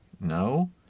No